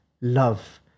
love